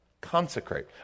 Consecrate